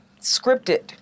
scripted